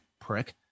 prick